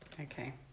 Okay